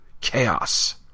chaos